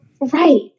right